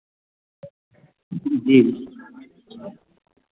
जी